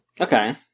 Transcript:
Okay